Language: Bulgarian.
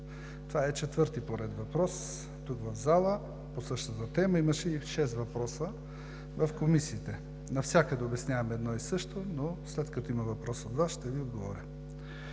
Това е четвърти по ред въпрос тук, в залата, по същата тема. Имаше и шест въпроса в комисиите. Навсякъде обяснявам едно и също, но след като има въпрос от Вас, ще Ви отговоря.